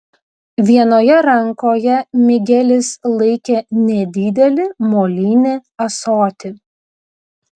vienoje rankoje migelis laikė nedidelį molinį ąsotį